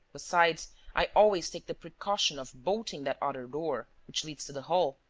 besides, i always take the precaution of bolting that other door, which leads to the hall.